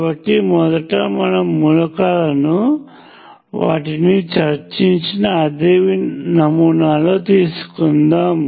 కాబట్టి మొదట మనం మూలకాలను వాటిని చర్చించిన అదే నమూనాలో తీసుకుందాం